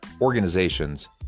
organizations